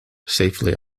safely